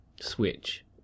Switch